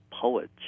poets